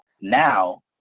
Now